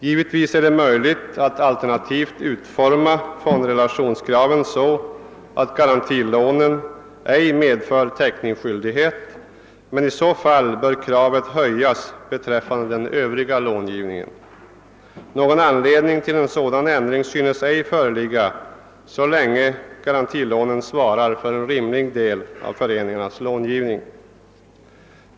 Givetvis är det möjligt att alternativt utforma fondrelationskraven så, att garantilånen icke medför täckningsskyldighet, men i så fall bör kravet ökas beträffande den övriga långivningen. Någon anledning till en sådan ändring synes icke föreligga så länge garantilånen svarar för en rimlig del av föreningarnas långivning.